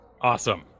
Awesome